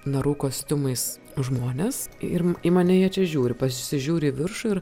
narų kostiumais žmones ir į mane jie čia žiūri pasižiūriu į viršų ir